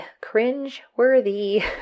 cringe-worthy